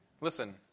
Listen